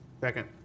Second